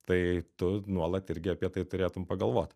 tai tu nuolat irgi apie tai turėtum pagalvot